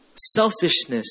Selfishness